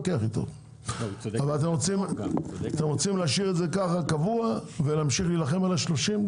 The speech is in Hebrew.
אתם רוצים להשאיר את זה ככה קבוע ולהמשיך להילחם על ה-30?